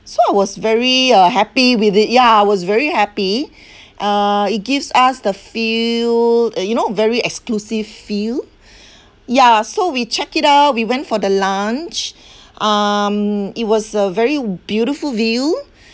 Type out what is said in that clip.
so I was very uh happy with it ya I was very happy uh it gives us the feel uh you know very exclusive feel ya so we check it out we went for the lunch um it was a very beautiful view